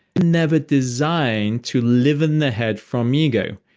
never designed to live in the head from ego.